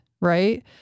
right